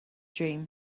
dream